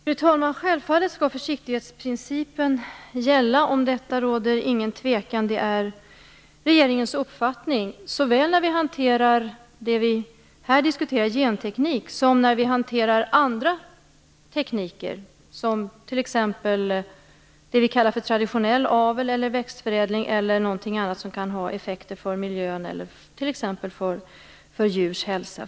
Fru talman! Självfallet skall försiktighetsprincipen gälla. Om det råder ingen tvekan. Det är regeringens uppfattning, och det gäller såväl när vi diskuterar genteknik - som här - som när vi hanterar andra tekniker. Jag tänker t.ex. på det vi kallar för traditionell avel, växtförädling eller någonting annat som kan ha effekter på miljön eller på djurs hälsa.